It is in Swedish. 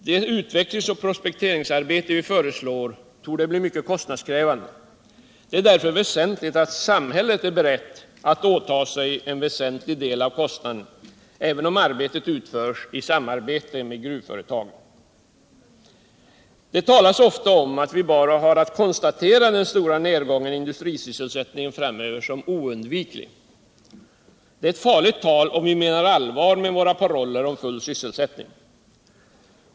Det utvecklingsoch prospekteringsarbete vi föreslår torde bli mycket kostnadskrävande. Det är därför väsentligt att samhället är berett att åta sig en väsentlig del av kostnaden, även om arbetet utförs i samarbete med gruvföretagen. Det talas ofta om att vi bara har att konstatera den stora nedgången i industrisysselsättningen framöver som oundviklig. Det är ett farligt tal, om vi menar allvar med våra paroller om full sysselsättning.